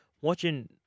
watching